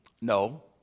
No